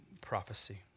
prophecy